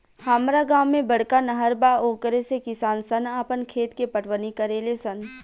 हामरा गांव में बड़का नहर बा ओकरे से किसान सन आपन खेत के पटवनी करेले सन